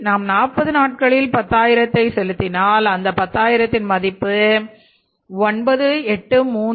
நாம் 40 நாட்களில் பத்தாயிரத்தில் செலுத்தினால் அந்த பத்தாயிரத்தில் மதிப்பு 983 8